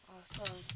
Awesome